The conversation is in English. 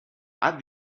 add